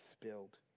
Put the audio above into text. spilled